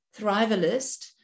thrivalist